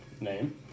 Name